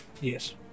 Yes